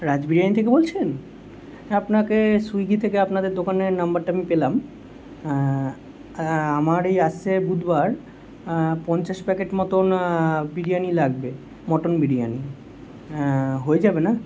রাজ বিরিয়ানি থেকে বলছেন হ্যাঁ আপনাকে সুইগি থেকে আপনাদের দোকানের নাম্বারটা আমি পেলাম আমার এই আসছে বুধবার পঞ্চাশ প্যাকেট মতোন বিরিয়ানি লাগবে মটন বিরিয়ানি হ্যাঁ হয়ে যাবে না